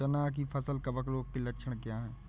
चना की फसल कवक रोग के लक्षण क्या है?